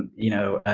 you know, ah,